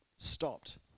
Stopped